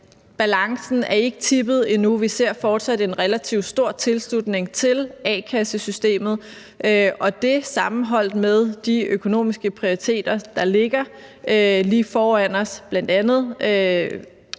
balancen ikke er tippet endnu – vi ser fortsat en relativt stor tilslutning til a-kassesystemet. Og dét sammenholdt med de økonomiske prioriteter, der ligger lige foran os,